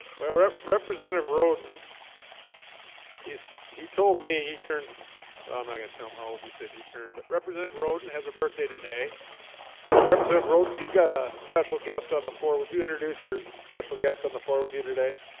well ah representative roden he's he told me he turns well i'm not gonna tell him how old you said you turn, but representative roden has a birthday today and representative roden you've got a special guest on the floor. would you introduce your special guest on the floor with you today?